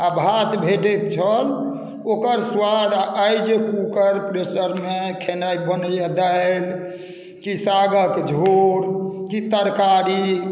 आ भात भेटैत छल ओकर स्वाद आ आइ जे कूकर प्रेशरमे खेनाइ बनैए दालि कि सागक झोर कि तरकारी